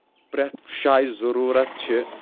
پرٛٮ۪تھ جایہِ ضروٗرت چھِ